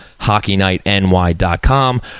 HockeyNightNY.com